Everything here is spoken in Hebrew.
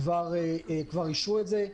כבר אישרו את זה.